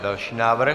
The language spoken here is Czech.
Další návrh?